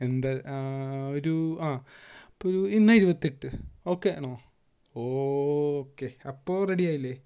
എന്താ ഒരു ആ അപ്പം ഒരു എന്നാൽ ഇരുപത്തിയെട്ട് ഓക്കേ ആണോ ഓ ക്കേ അപ്പോൾ റെഡി ആയില്ലെ